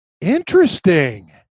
Interesting